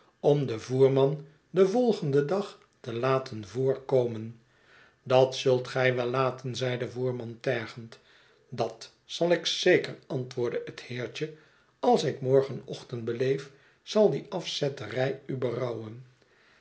om den voerman den volgenden dag te laten voorkomen dat zult gij wel laten zeide de voerman tergend cat zal ik zeker antwoordde het heertje als ik morgenochtend beleef zal die afzetterij u